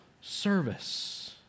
service